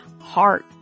heart